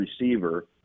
receiver